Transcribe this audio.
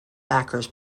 backers